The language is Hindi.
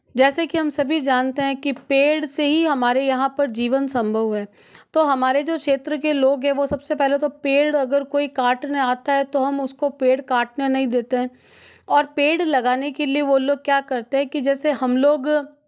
जैसे कि हम सभी जानते हैं कि पेड़ से ही हमारे यहाँ पर जीवन संभव है तो हमारे जो क्षेत्र के लोग हैं वो सबसे पहले तो पेड़ अगर कोई काटने आता है तो हम उसको पेड़ काटने नहीं देते हैं और पेड़ लगाने के लिए वो लोग क्या करते हैं कि जैसे हम लोग